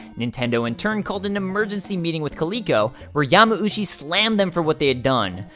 nintendo, in turn, called an emergency meeting with coleco, where yamauchi slammed them for what they had done.